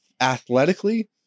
athletically